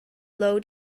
low